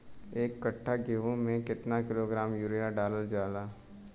एक कट्टा गोहूँ में केतना किलोग्राम यूरिया डालल जाला?